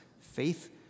faith